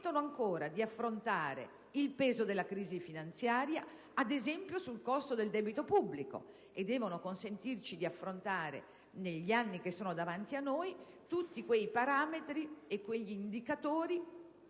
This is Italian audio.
che ci consentono di affrontare ancora il peso della crisi finanziaria, ad esempio sul costo del debito pubblico, e devono consentirci di affrontare negli anni che sono davanti a noi tutti quei parametri e quei valori